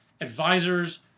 advisors